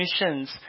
missions